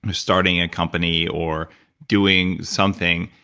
starting a company, or doing something,